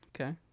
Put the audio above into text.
Okay